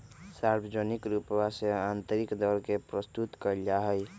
सार्वजनिक रूपवा से आन्तरिक दर के प्रस्तुत कइल जाहई